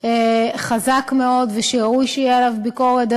חזק מאוד ושראוי שתהיה עליו ביקורת.